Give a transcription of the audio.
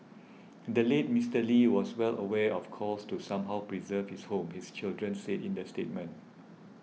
the late Mister Lee was well aware of calls to somehow preserve his home his children said in the statement